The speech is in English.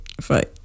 fight